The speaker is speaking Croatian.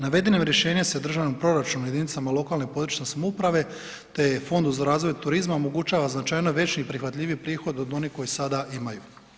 Navedenim rješenjem se državni proračun jedinicama lokalne i područne samouprave te fondu za razvoj turizma omogućava značajno veći i prihvatljiviji prihod od onog koji sada imaju.